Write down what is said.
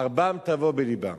חרבם תבוא בלבם.